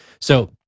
So-